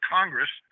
Congress